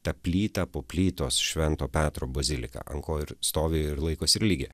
ta plyta po plytos švento petro bazilika ant ko ir stovi ir laikosi religi